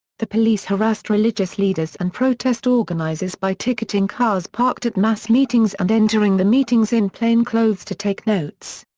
the police harassed religious leaders and protest organizers by ticketing cars parked at mass meetings and entering the meetings in plainclothes to take notes.